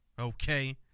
okay